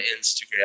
Instagram